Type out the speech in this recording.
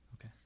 Okay